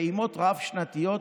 בפעימות רב-שנתיות,